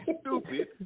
Stupid